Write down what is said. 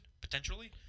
potentially